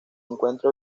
encuentra